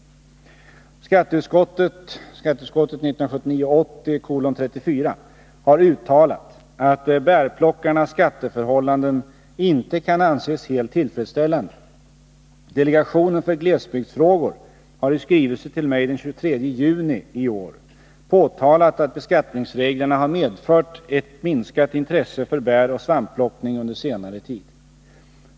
Skatteutskottet har uttalat att bärplockarnas skatteförhållanden inte kan anses helt tillfredsställande. Delegationen för glesbygdsfrågor har i skrivelse till mig den 23 juni i år påtalat att beskattningsreglerna har medfört ett minskat intresse för bäroch svampplockning under senare tid.